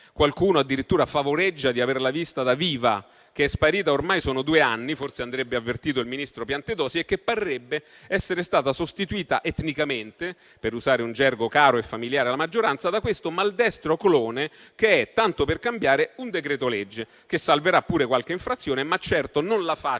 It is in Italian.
qualcuno addirittura favoleggia di aver visto da viva, ma che è sparita da ormai due anni - forse andrebbe avvertito il ministro Piantedosi - e che parrebbe essere stata sostituita etnicamente - per usare un gergo caro e familiare alla maggioranza - dal maldestro clone che è, tanto per cambiare, un decreto-legge che salverà pure qualche infrazione, ma certo non la faccia